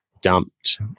dumped